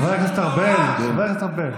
בושה וחרפה.